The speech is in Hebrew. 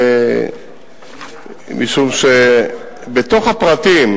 משום שבתוך הפרטים